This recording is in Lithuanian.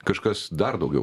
kažkas dar daugiau